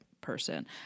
person